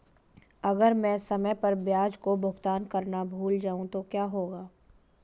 अगर मैं समय पर ब्याज का भुगतान करना भूल जाऊं तो क्या होगा?